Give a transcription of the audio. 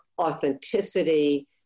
authenticity